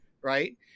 right